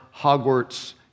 Hogwarts